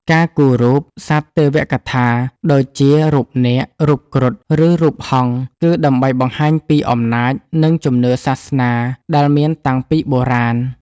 ការគូររូប សត្វទេវកថា ដូចជា រូបនាគ រូបគ្រុឌ ឬរូបហង្ស គឺដើម្បីបង្ហាញពីអំណាច និងជំនឿសាសនាដែលមានតាំងពីបុរាណ។